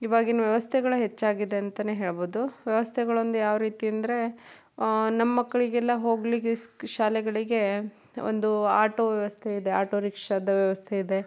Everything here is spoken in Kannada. ಇವಾಗಿನ ವ್ಯವಸ್ಥೆಗಳು ಹೆಚ್ಚಾಗಿದೆ ಅಂತ ಹೇಳ್ಬೋದು ವ್ಯವಸ್ಥೆಗಳೊಂದು ಯಾವ ರೀತಿ ಅಂದರೆ ನಮ್ಮ ಮಕ್ಕಳಿಗೆಲ್ಲ ಹೋಗಲಿಕ್ಕೆ ಶಾಲೆಗಳಿಗೆ ಒಂದು ಆಟೋ ವ್ಯವಸ್ಥೆ ಇದೆ ಆಟೋ ರಿಕ್ಷದ ವ್ಯವಸ್ಥೆಯಿದೆ